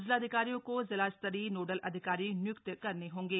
जिलाधिकारियों को जिलास्तरीय नोडल अधिकारी निय्क्त करने होंगे